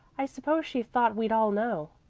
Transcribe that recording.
i suppose she thought we'd all know.